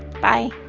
bye.